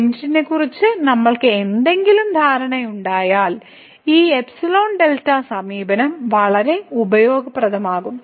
ലിമിറ്റിനെക്കുറിച്ച് നമ്മൾക്ക് എന്തെങ്കിലും ധാരണയുണ്ടായാൽ ഈ ϵδ സമീപനം വളരെ ഉപയോഗപ്രദമാകും